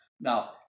Now